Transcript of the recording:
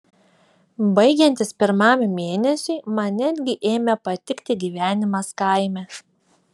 baigiantis pirmam mėnesiui man netgi ėmė patikti gyvenimas kaime